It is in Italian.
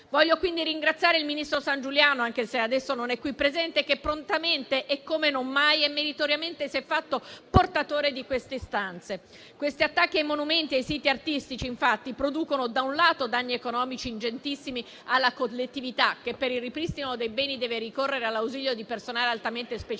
Voglio quindi ringraziare il ministro Sangiuliano, anche se adesso non è qui presente, che prontamente e come non mai meritoriamente si è fatto portatore di queste istanze. Questi attacchi ai monumenti e ai siti artistici producono da un lato danni economici ingentissimi alla collettività, che per il ripristino dei beni deve ricorrere all'ausilio di personale altamente specializzato